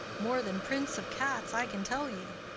more than prince of cats, i can tell you.